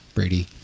Brady